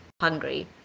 hungry